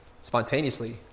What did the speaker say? spontaneously